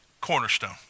cornerstone